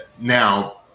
now